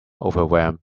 overwhelmed